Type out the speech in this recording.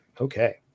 Okay